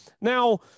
now